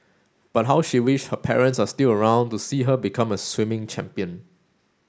but how she wished her parents are still around to see her become a swimming champion